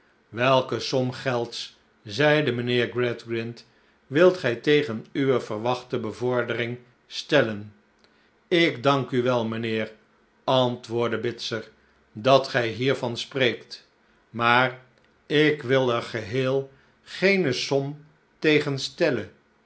welke som gelds zeide mijnheer gradgrind wilt gij tegen uwe verwachte bevordering stellen ik dank u wel mijnheer antwoordde bitzer dat gij hiervan spreekt maar ik wil er slechtb tijden geheel geene som tegen stellen